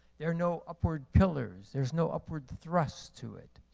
there are no upward pillars. there's no upward thrust to it.